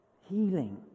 Healing